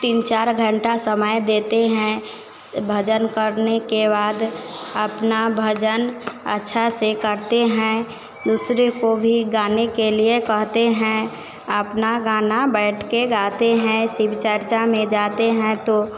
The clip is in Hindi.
तीन चार घंटा समय देते हैं भजन करने के बाद अपना भजन अच्छे से करते हैं दूसरे को भी गाने के लिए कहते हैं आपना गाना बैठकर गाते हैं शिव चर्चा में जाते हैं तो